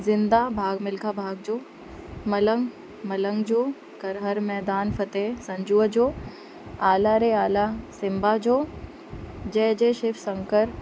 ज़िंदा भाग मिल्खा भाग जो मलंग मलंग जो कर हर मैदान फ़तेह संजूअ जो आला रे आला सिंबा जो जय जय शिव शंकर